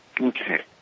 Okay